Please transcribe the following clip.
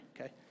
okay